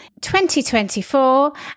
2024